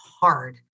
hard